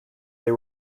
they